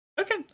Okay